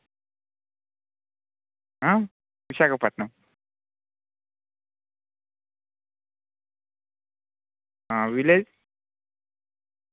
one sixteen rupees cut అవుతుంది అట్లే అందులోనే మీకు అమౌంట్ ఏమి లోన్ కావాలనేది ఎంటర్ చేస్తాం క్రెడిట్ కార్డు ఇస్తాం